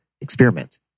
experiment